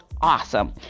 awesome